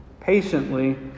patiently